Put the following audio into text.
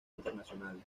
internacionales